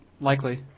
likely